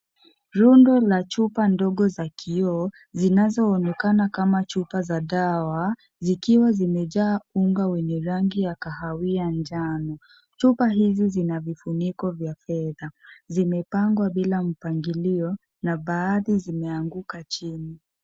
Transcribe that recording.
Rundo la chupa ndogo za kioo zinazo onekana kama chupa za dawa zikiwa zimejaa unga wenye rangi ya kahawia njano chupa hizi zina vufuniko vya fedha zimepangwa bila mpangilio na baadhi zimeanguka chini.